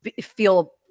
feel